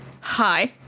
hi